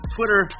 Twitter